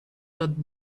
that